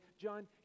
John